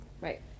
right